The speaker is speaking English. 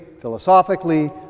philosophically